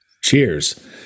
Cheers